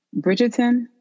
Bridgerton